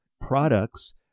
products